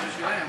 זה בשבילם.